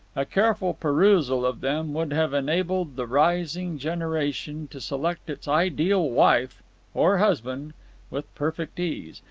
a careful perusal of them would have enabled the rising generation to select its ideal wife or husband with perfect ease,